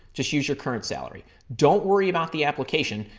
just use your current salary. don't worry about the application,